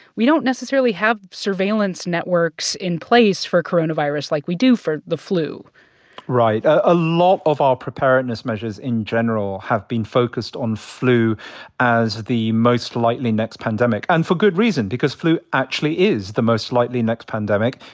we don't necessarily have surveillance networks in place for coronavirus like we do for the flu right. a lot of our preparedness measures in general have been focused on flu as the most likely next pandemic and for good reason because flu actually is the most likely next pandemic.